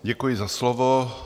Děkuji za slovo.